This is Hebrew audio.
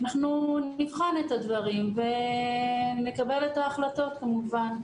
אנחנו נבחן את הדברים ונקבל את ההחלטות כמובן.